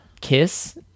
kiss